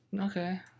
Okay